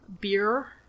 beer